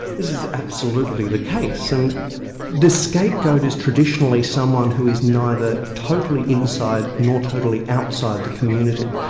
this is absolutely the case, and the scapegoat is traditionally someone who is neither totally inside nor totally outside the community.